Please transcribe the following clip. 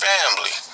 Family